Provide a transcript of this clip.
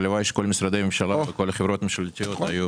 הלוואי וכל משרדי הממשלה וכל החברות הממשלתיות היו